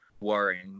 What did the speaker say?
worrying